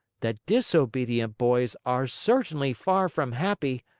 that disobedient boys are certainly far from happy,